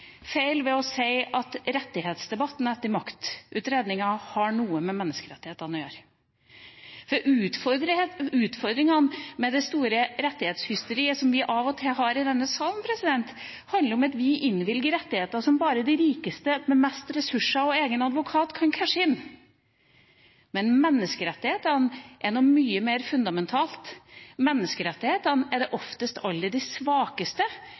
feil å si at rettighetsdebatten etter Maktutredninga har noe med menneskerettighetene å gjøre. For utfordringene med det store rettighetshysteriet, som vi av og til har i denne salen, handler om at vi innvilger rettigheter som bare de rikeste med mest ressurser og egen advokat kan cashe inn. Men menneskerettighetene er noe mye mer fundamentalt. Ofte er menneskerettighetene det de aller svakeste